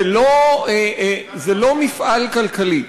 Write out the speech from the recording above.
זה לא מפעל כלכלי,